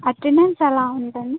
attendance ఎలా ఉంటుంది